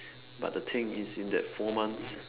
but the thing is in that four months